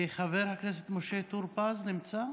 חבר הכנסת משה טור פז נמצא?